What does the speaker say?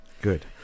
Good